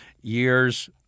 years